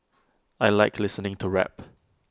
I Like listening to rap